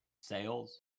sales